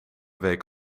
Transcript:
week